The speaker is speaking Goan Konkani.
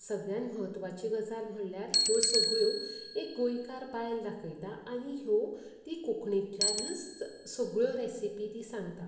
सगल्यांत म्हत्वाची गजाल म्हळ्यार ह्यो सगल्यो एक गोंयकार बायल दाखयता आनी ह्यो ती कोंकणीतल्यानच सगल्यो रॅसिपी ती सांगता